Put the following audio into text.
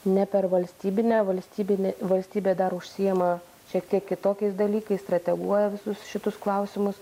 ne per valstybinę valstybinį valstybė dar užsiima šiek tiek kitokiais dalykais strateguoja visus šitus klausimus